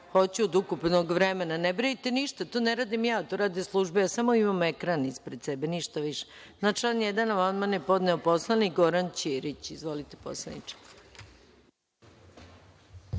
hoću, od ukupnog vremena, ne brinite ništa. To ne radim ja, to rade službe, ja samo imam ekran ispred sebe, ništa više. Na član 1. amandman je podneo poslanik Goran Ćirić. Izvolite poslaniče.